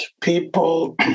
people